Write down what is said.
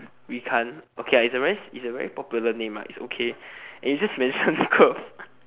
we can't okay it is a very popular name lah so and you just mentioned the girl